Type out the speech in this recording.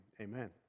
amen